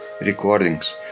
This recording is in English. recordings